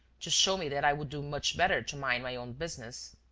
to show me that i would do much better to mind my own business.